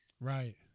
Right